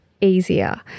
easier